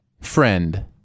friend